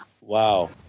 wow